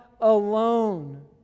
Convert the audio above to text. alone